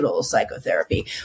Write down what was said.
psychotherapy